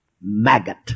Maggot